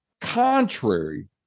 Contrary